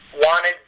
wanted